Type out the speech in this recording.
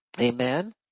Amen